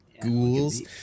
Ghouls